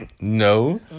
No